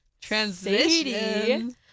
Transition